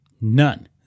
None